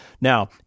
Now